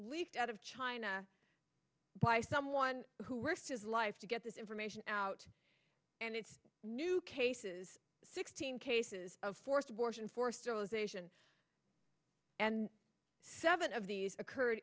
leaked out of china by someone who were fears life to get this information out and its new cases sixteen cases of forced abortion forced i was asian and seven of these occurred